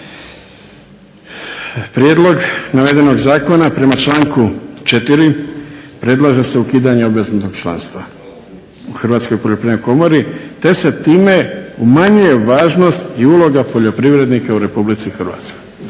Prijedlog navedenog zakona prema članku 4. Predlaže se ukidanje obveznog članstva u Hrvatskoj poljoprivrednoj komori te se time umanjuje važnost i uloga poljoprivrednika u RH. Jer kako